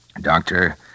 Doctor